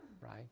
right